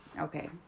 Okay